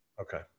Okay